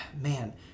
man